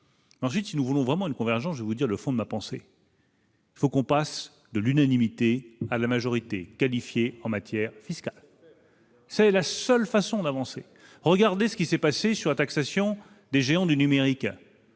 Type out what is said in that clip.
Ensuite, si nous voulons vraiment une convergence, je vais vous dire le fond de ma pensée. Il faut qu'on passe de l'unanimité à la majorité qualifiée en matière fiscale. C'est la seule façon d'avancer, regardez ce qui s'est passé sur la taxation des géants du numérique,